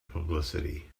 publicity